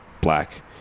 black